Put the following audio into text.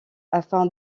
afin